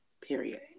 period